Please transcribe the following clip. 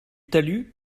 talus